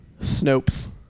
Snopes